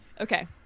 Okay